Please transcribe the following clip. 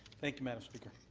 thank you, madam speaker.